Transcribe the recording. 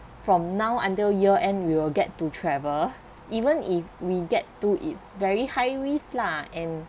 from now until year end we will get to travel even if we get to it's very high risk lah and